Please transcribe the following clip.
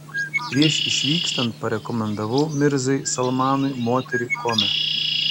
prieš išvykstant parekomendavau mirzai salmanui moterį kome